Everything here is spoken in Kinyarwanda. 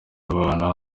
abana